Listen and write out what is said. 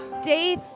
Day